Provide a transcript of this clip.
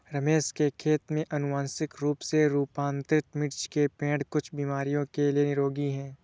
रमेश के खेत में अनुवांशिक रूप से रूपांतरित मिर्च के पेड़ कुछ बीमारियों के लिए निरोधी हैं